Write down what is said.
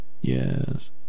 Yes